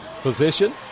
position